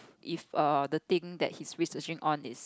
if err the thing that he's researching on is